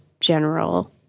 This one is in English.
general